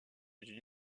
d’une